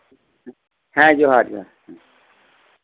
ᱦᱮᱸ ᱡᱚᱦᱟᱨ ᱡᱚᱦᱟᱨ